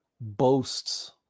boasts